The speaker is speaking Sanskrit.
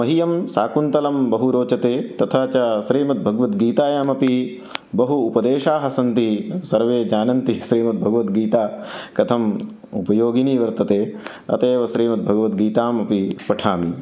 मह्यं शाकुन्तलं बहु रोचते तथा च श्रीमद्भगवद्गीतायामपि बहु उपदेशाः सन्ति सर्वे जानन्ति श्रीमद्भगवद्गीता कथम् उपयोगिनी वर्तते अतः एव श्रीमद्भगवद्गीतामपि पठामि